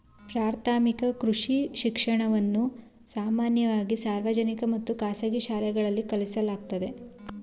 ಪ್ರಾಥಮಿಕ ಕೃಷಿ ಶಿಕ್ಷಣವನ್ನ ಸಾಮಾನ್ಯವಾಗಿ ಸಾರ್ವಜನಿಕ ಮತ್ತು ಖಾಸಗಿ ಶಾಲೆಗಳಲ್ಲಿ ಕಲಿಸಲಾಗ್ತದೆ